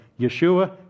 Yeshua